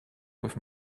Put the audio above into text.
with